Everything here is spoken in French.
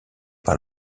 par